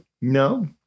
No